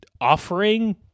offering